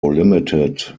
limited